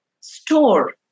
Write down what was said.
store